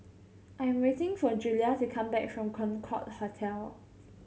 I am waiting for Julia to come back from Concorde Hotel